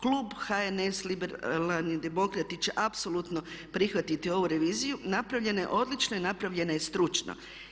Klub HNS, Liberalni demokrati će apsolutno prihvatiti ovu reviziju, napravljena je odlično i napravljena je stručno.